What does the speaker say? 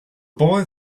boy